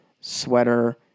sweater